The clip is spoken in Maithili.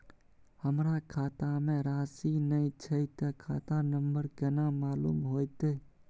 हमरा खाता में राशि ने छै ते खाता नंबर केना मालूम होते?